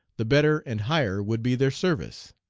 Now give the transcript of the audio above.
the better and higher would be their service.